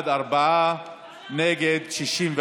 להצביע.